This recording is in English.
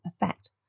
effect